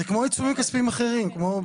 בעיצומים כספיים אחרים.